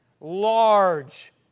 large